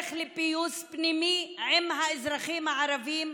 והדרך לפיוס פנימי עם האזרחים הערבים,